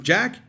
Jack